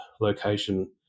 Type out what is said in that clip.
location